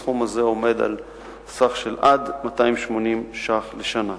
הסכום הזה הוא עד 280 ש"ח לשנה.